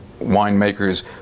winemakers